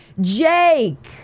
Jake